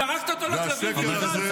זרקת אותו לכלבים ונבהלת.